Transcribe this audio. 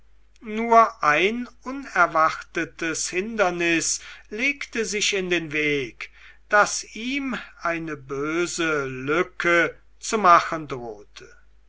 nur ein unerwartetes hindernis legte sich in den weg das ihm eine böse lücke zu machen drohte